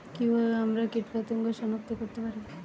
কিভাবে আমরা কীটপতঙ্গ সনাক্ত করতে পারি?